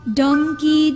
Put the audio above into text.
donkey